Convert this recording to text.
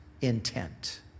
intent